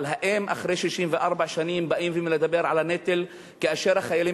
אבל האם אחרי 64 שנים באים לדבר על הנטל כאשר החיילים